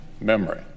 memory